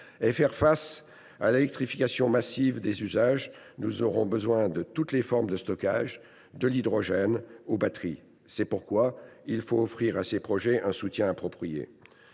et faire face à l’électrification massive des usages, nous aurons besoin de toutes les formes de stockage, de l’hydrogène aux batteries. C’est pourquoi il faut offrir un soutien approprié